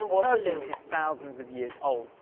perfume is thousands of years old,